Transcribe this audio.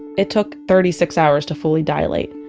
it took thirty six hours to fully dilate.